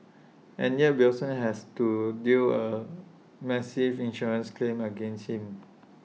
and yet Wilson has to deal A massive insurance claim against him